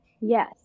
Yes